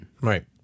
Right